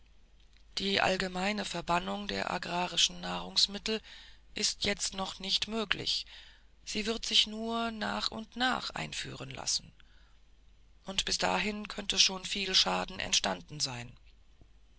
die allgemeine verbannung der agrarischen nahrungsmittel ist jetzt noch nicht möglich sie wird sich nur nach und nach einführen lassen und bis dahin könnte schon viel schaden geschehen sein